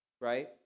right